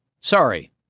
Sorry